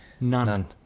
None